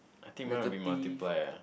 I think mine will be multiply ah